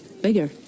bigger